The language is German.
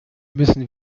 müssen